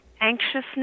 anxiousness